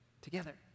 together